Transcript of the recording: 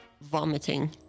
vomiting